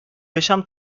yaşam